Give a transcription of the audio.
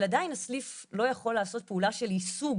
אבל, עדיין הסניף לא יכול לעשות פעולה של יישום